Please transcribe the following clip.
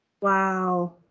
Wow